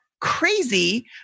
Crazy